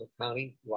County